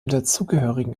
dazugehörigen